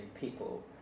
people